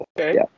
Okay